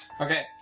Okay